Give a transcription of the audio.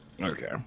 Okay